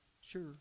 sure